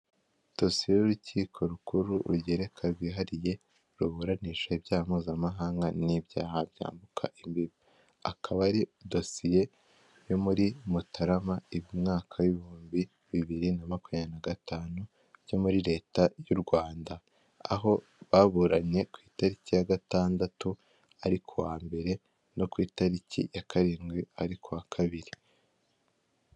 Dosiye y'urukiko rukuru rugereka rwihariye, ruburanisha ibyaha mpuzamahanga n'ibyaha byambuka imbibi, akaba ari dosiye yo muri Mutarama, umwaka w'ibihumbi bibiri na makumyabiri na gatanu byo muri leta y'u Rwanda, aho baburanye ku itariki ya gatandatu ariko ku wa mbere no ku itariki ya karindwi ari ku wa kabiri.